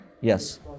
Yes